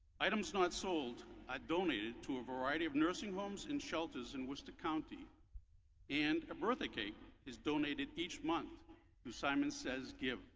items not sold are donated to a variety of nursing homes and shelters in which the county and a birthday cake is donated each month simon says give